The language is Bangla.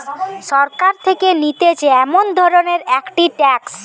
সরকার থেকে নিতেছে এমন ধরণের একটি ট্যাক্স